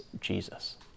Jesus